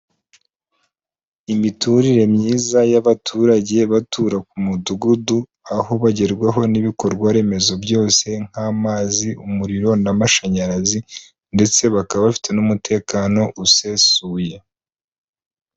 Imiturire myiza y'abaturage batura ku mudugudu, aho bagerwaho n'ibikorwaremezo byose nk'amazi umuriro n'amashanyarazi ndetse bakaba bafite n'umutekano usesuye.